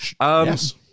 Yes